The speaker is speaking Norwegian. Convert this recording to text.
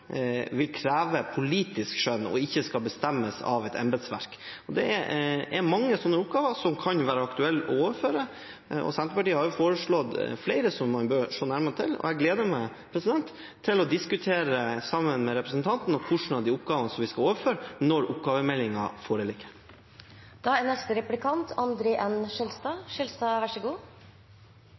vil kreve politisk skjønn, og ikke skal bestemmes av et embetsverk. Det er mange sånne oppgaver som kan være aktuelle å overføre. Senterpartiet har foreslått flere som man bør se nærmere på, og jeg gleder meg til å diskutere med representanten Tveiten Benestad hvilke av de oppgavene vi skal overføre når oppgavemeldingen foreligger. Det er